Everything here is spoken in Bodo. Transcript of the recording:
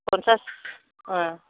फनसाच